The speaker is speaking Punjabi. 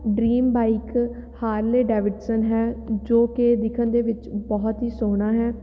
ਡਰੀਮ ਬਾਈਕ ਹਾਰਲੇ ਡੈਵਿਡਸਨ ਹੈ ਜੋ ਕਿ ਦਿਖਣ ਦੇ ਵਿੱਚ ਬਹੁਤ ਹੀ ਸੋਹਣਾ ਹੈ